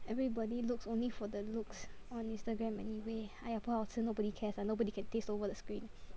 everybody looks only for the looks on Instagram anyway !aiya! 不好吃 nobody cares lah nobody can taste over the screen